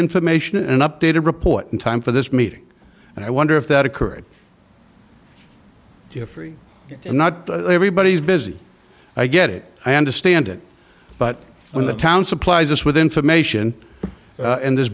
information and updated report in time for this meeting and i wonder if that occurred you are free not to everybody's busy i get it i understand it but when the town supplies us with information and this